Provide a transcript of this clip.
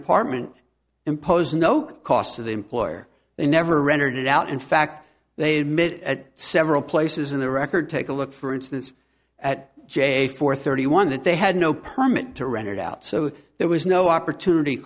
apartment impose no cost to the employer they never rendered it out in fact they admit at several places in the record take a look for instance at j four thirty one that they had no permit to record out so there was no opportunity